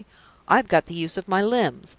i've got the use of my limbs!